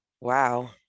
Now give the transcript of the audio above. Wow